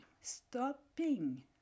stopping